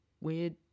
weird